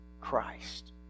Christ